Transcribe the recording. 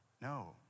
No